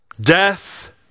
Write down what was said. death